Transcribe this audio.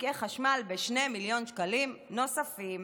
שקעי חשמל ב-2 מיליון שקלים נוספים.